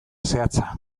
zehatza